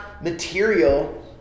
material